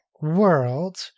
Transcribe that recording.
World